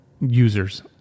users